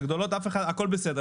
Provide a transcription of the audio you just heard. הגדולות הכול בסדר,